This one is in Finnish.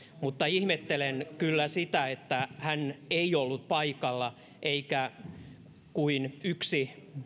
mutta ihmettelen kyllä sitä että hän ei ollut paikalla eikä muistakaan ministereistä kuin yksi